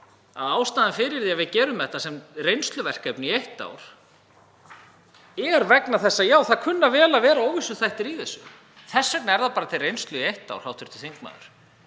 að ástæðan fyrir því að við höfum þetta sem reynsluverkefni í eitt ár er sú að það kunna vel að vera óvissuþættir í þessu. Þess vegna er þetta bara til reynslu í eitt ár, hv. þingmaður.